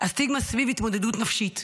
סביב התמודדות נפשית.